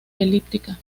elíptica